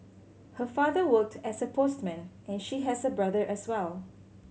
her father worked as a postman and she has a brother as well